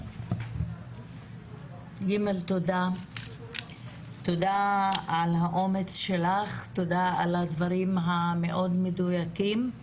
ג', תודה על האומץ שלך ועל הדברים המאוד מדויקים.